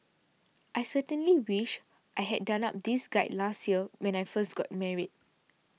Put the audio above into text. I certainly wish I had done up this guide last year when I first got married